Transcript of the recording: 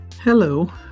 Hello